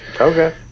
Okay